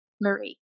Marie